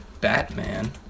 Batman